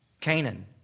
Canaan